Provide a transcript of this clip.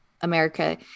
America